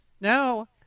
No